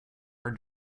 are